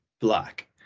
black